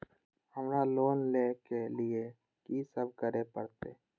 हमरा लोन ले के लिए की सब करे परते?